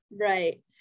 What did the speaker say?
right